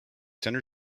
center